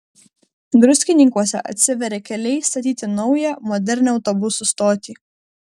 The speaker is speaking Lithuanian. druskininkuose atsiveria keliai statyti naują modernią autobusų stotį